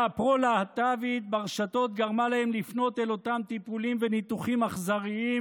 הפרו-להט"בית ברשתות גרמה להם לפנות אל אותם טיפולים וניתוחים אכזריים,